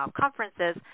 conferences